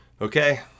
Okay